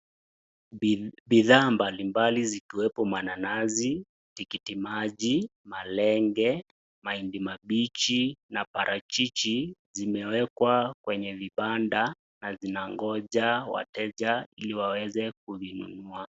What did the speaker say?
Bidhaa mbalimbali zikiwepo mananasi, tikiti maji, malenge, mahindi mabichi na parachichi zimewekwa kwenye vibanda na zinagonja wateja ili waweze kuvinunua.